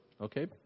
okay